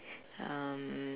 um